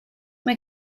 mae